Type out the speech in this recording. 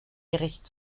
gerecht